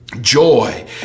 Joy